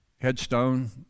headstone